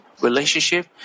relationship